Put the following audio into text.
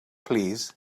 plîs